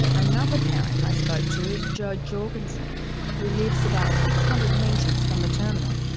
another parent i spoke to is jo jorgensen who lives about six hundred metres from the terminal.